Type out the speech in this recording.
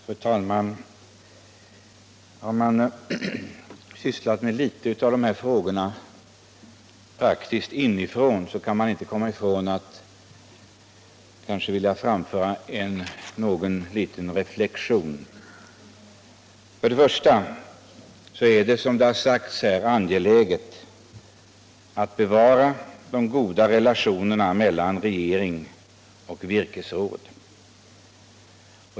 Fru talman! Om man sysslat praktiskt med en del av de här frågorna kan man inte underlåta framföra en reflexion. Som det har sagts här, är det angeläget att bevara de goda relationerna mellan regering och virkesråd.